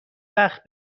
وقت